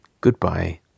Goodbye